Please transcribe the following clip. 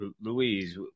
Louise